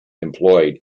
employed